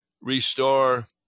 restore